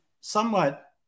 somewhat